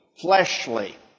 fleshly